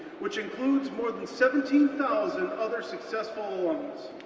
which includes more than seventeen thousand other successful alums.